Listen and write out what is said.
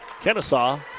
Kennesaw